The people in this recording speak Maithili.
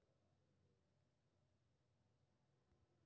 मलबरी रेशम के उत्पादन सबसं बेसी प्रचलित छै